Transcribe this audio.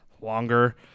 longer